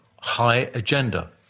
high-agenda